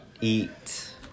eat